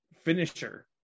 finisher